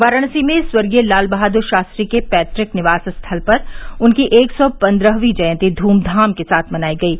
वाराणसी में स्वर्गीय लाल बहाद्र शास्त्री के पैतुक निवास स्थल पर उनकी एक सौ पन्द्रहवीं जयन्ती ध्मधाम के साथ मनाई गयी